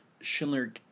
Schindler